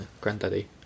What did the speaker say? granddaddy